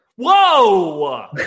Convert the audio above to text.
Whoa